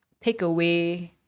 takeaway